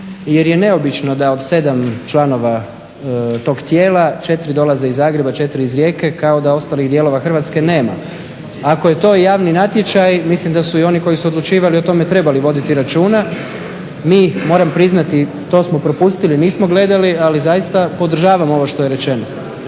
Jer je neobično da od 7 članova tog tijela, 4 dolaze iz Zagreba, 4 iz Rijeke kao da ostalih dijelova Hrvatske nema. Ako je to javni natječaj, mislim da su i oni koji su odlučivali o tome trebali voditi računa. Mi moram priznati to smo propustili, nismo gledali ali zaista podržavamo ovo što je rečeno.